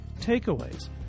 takeaways